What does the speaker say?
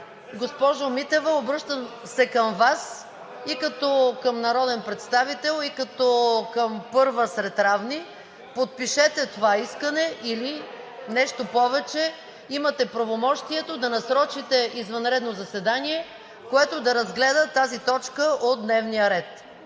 Госпожо Митева, обръщам се към Вас и като към народен представител, и като към първа сред равни: подпишете това искане, или нещо повече, имате правомощието да насрочите извънредно заседание, което да разгледа тази точка от дневния ред.